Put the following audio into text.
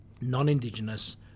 non-indigenous